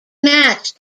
match